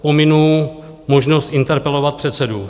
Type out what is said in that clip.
Pominu možnost interpelovat předsedu.